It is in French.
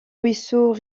ruisseaux